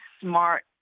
smart